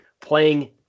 playing